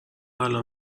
الان